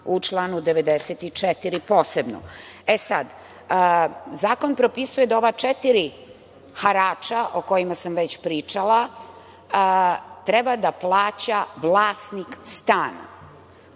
u članu 94. posebno. E, sad, zakon propisuje da ova četiri harača o kojima sam već pričala treba da plaća vlasnik stana.